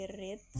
read